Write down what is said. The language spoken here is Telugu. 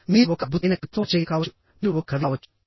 మీరు ఒక అద్భుతమైన కవిత్వం రచయిత కావచ్చు మీరు ఒక కవి కావచ్చు